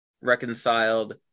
reconciled